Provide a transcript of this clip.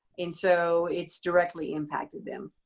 and so it's directly impacted them.